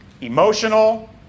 Emotional